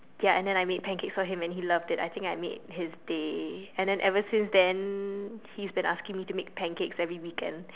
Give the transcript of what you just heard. ya and then I made pancakes for him and he loved it and I think I made his day and then ever since then he's been asking me to make pancakes every weekend